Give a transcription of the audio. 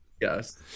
Yes